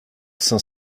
cinq